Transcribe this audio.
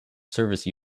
service